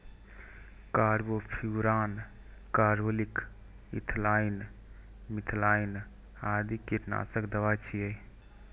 carbofuran, carbaryl, ethylene, methylene आदि कीटनाशक दवा छियै